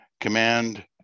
Command